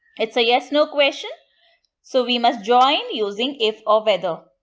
it's a yes no question so we must join using if or whether.